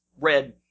red